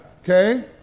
Okay